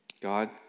God